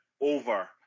over